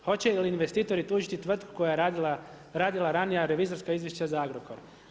Hoće li investitori tužiti tvrtku koja je radila ranija revizorska izvješća za Agrokor?